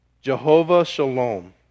Jehovah-Shalom